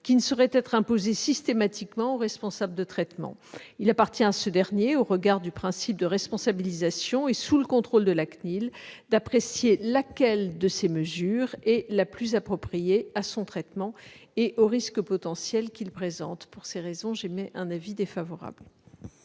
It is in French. qui ne saurait être imposée systématiquement au responsable de traitement. Il appartient à ce dernier, au regard du principe de responsabilisation, et sous le contrôle de la CNIL, d'apprécier laquelle de ces mesures est la plus appropriée à son traitement et au risque potentiel qu'il présente. Je mets aux voix l'amendement